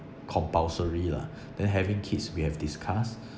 compulsory lah then having kids we have discussed